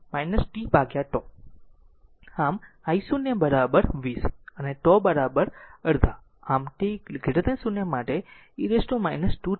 આમ I0 20 અને τ τ અડધા આમ t 0 માટે e t 2 t એમ્પીયર